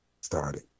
started